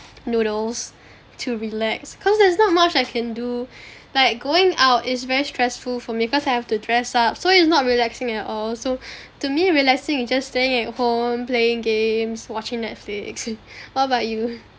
noodles to relax because there's not much I can do like going out is very stressful for me because I have to dress up so it's not relaxing at all so to me relaxing is just staying at home playing games watching netflix what about you